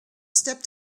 stepped